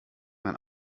mein